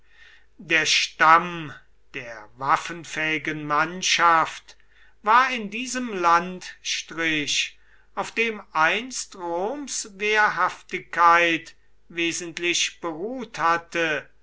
der stamm der waffenfähigen mannschaft war in diesem landstrich auf dem einst roms wehrhaftigkeit wesentlich beruht hatte